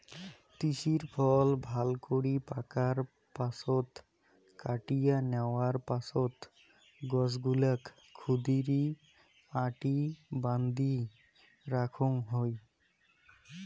তিসির ফল ভালকরি পাকার পাছত কাটিয়া ন্যাওয়ার পাছত গছগুলাক ক্ষুদিরী আটি বান্ধি রাখাং হই